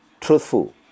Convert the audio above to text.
truthful